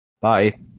Bye